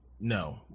no